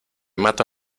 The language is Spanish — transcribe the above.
mata